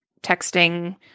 texting